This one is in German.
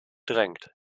drängt